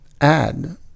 add